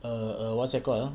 err what's that called lah